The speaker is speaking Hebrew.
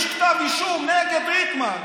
מח"ש חוקרת, ומחליטה להגיש כתב אישום נגד ריטמן.